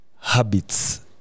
habits